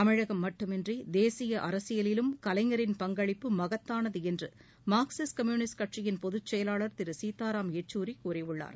தமிழகம் மட்டுமன்றி தேசிய அரசியலிலும் கலைஞரின் பங்களிப்பு மகத்தானது என்று மார்க்சிஸ்ட் கம்யுனிஸ்ட் கட்சியின் பொதுச்செயலாளர் திரு சீதாரம் யச்சூரி கூறியுள்ளார்